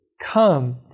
come